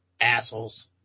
Assholes